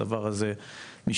הדבר הזה משתנה.